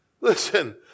Listen